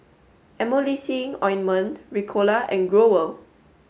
emulsying ointment Ricola and Growell